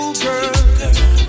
girl